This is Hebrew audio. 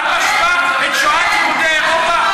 האם שמעת את מה שאמרת?